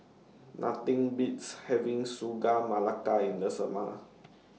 Nothing Beats having Sagu Melaka in The Summer